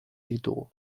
ditugu